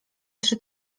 trzy